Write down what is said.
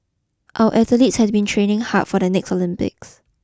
our athletes have been training hard for the next Olympics